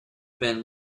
been